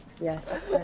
Yes